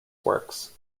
works